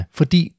fordi